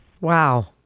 Wow